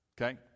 okay